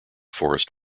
forest